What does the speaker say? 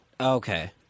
Okay